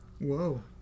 Whoa